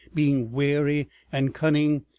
being wary and cunning,